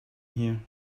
here